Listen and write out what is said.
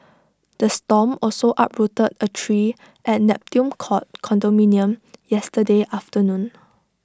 the storm also uprooted A tree at Neptune court condominium yesterday afternoon